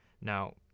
Now